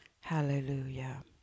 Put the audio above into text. Hallelujah